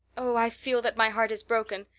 oh, i feel that my heart is broken.